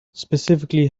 specifically